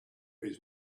his